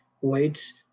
weights